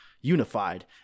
unified